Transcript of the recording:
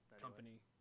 company